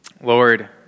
Lord